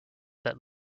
that